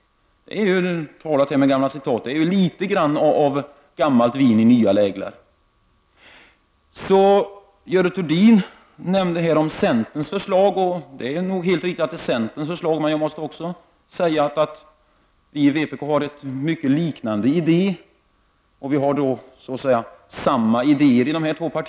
Det är, för att använda ett gammalt talesätt, litet av gammalt vin i nya läglar. Görel Thurdin nämnde det förslag som framlagts av centern. Vi har från vpk framfört en idé som är mycket lik detta förslag. Vi har alltså i dessa två partier mycket likartade idéer.